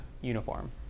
uniform